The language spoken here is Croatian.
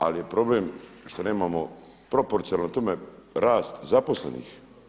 Ali je problem što nemamo proporcionalno tome rast zaposlenih.